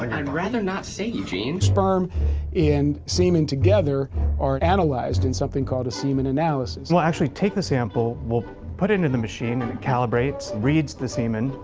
like i'd rather not say, eugene. sperm and semen together are analyzed in something called a semen analysis. we'll actually take the sample, we'll put it in the machine, and it and calibrates, reads the semen,